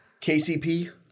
KCP